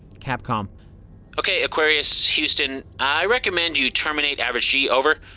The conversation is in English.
capcom okay, aquarius houston. i recommend you terminate average g. over.